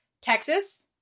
Texas